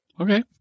Okay